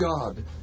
God